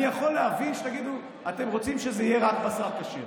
אני יכול להבין שתגידו שאתם רוצים שזה יהיה רק בשר כשר.